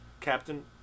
Captain